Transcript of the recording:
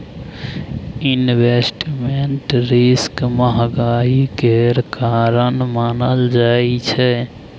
investment risk महंगाई केर कारण मानल जाइ छै